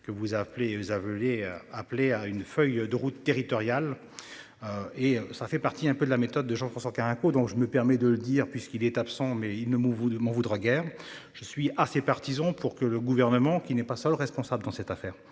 que vous a appelé a volé appeler à une feuille de route territoriale. Et ça fait partie un peu de la méthode de gens a un coût, donc je me permets de le dire puisqu'il est absent mais ils ne m'ont. Vous ne m'en voudra guère. Je suis assez partisan pour que le gouvernement qui n'est pas seule responsable dans cette affaire,